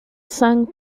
sang